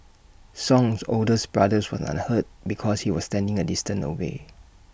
song's olders brother was unhurt because he was standing A distance away